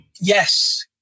Yes